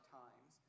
times